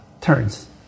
turns